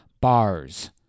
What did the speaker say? bars